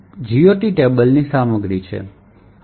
તેથી હવે ECX રજીસ્ટરમાં GOT ટેબલની સામગ્રી છે